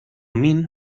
min